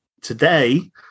today